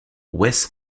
wes